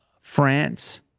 France